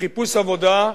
בחיפוש עבודה.